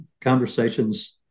conversations